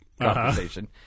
conversation